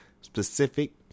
specific